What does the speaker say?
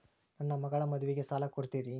ನನ್ನ ಮಗಳ ಮದುವಿಗೆ ಸಾಲ ಕೊಡ್ತೇರಿ?